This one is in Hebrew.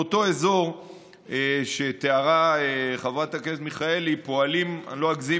באותו אזור שתיארה חברת הכנסת מיכאלי אני לא אגזים